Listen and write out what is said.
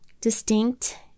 distinct